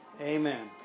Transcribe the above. Amen